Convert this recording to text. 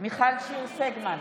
מיכל שיר סגמן,